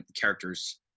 characters